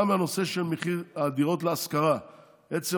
גם הנושא של מחיר הדירות להשכרה עצם